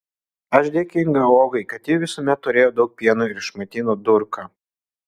aš dėkinga ogai kad ji visuomet turėjo daug pieno ir išmaitino durką